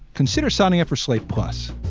consider signing up for slate. plus,